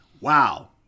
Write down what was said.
Wow